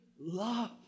love